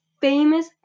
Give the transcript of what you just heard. famous